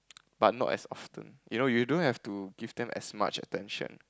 but not as often you know you don't have to give them as much attention